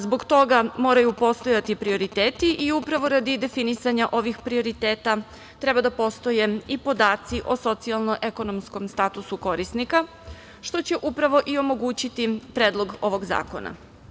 Zbog toga moraju postojati prioriteti i upravo radi definisanja ovih prioriteta treba da postoje i podaci o socijalno – ekonomskom statusu korisnika, što će upravo i omogućiti Predlog ovog zakona.